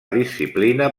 disciplina